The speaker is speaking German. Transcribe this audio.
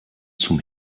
zum